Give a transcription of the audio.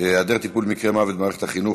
היעדר טיפול במקרה מוות במערכת החינוך,